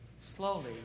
Slowly